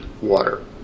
water